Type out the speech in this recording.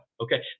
Okay